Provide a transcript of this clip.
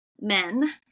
men